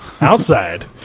outside